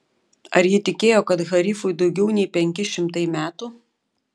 ar ji tikėjo kad harifui daugiau kaip penki šimtai metų